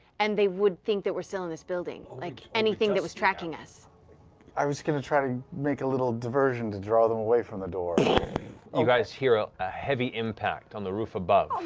and they would think that we're still in this building? like anything that was tracking us. sam i was going to try to make a little diversion to draw them away from the door. matt you guys hear ah a heavy impact on the roof above.